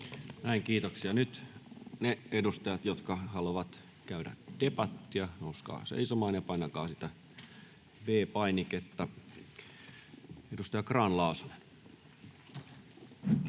Näin, kiitoksia. — Nyt ne edustajat, jotka haluavat käydä debattia, nouskaa seisomaan ja painakaa sitä V-painiketta. — Edustaja Grahn-Laasonen. [Speech